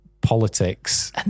politics